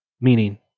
meaning